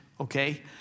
okay